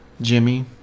Jimmy